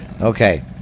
okay